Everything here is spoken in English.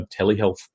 telehealth